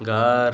घर